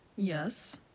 Yes